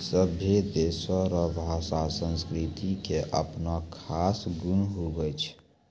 सभै देशो रो भाषा संस्कृति के अपनो खास गुण हुवै छै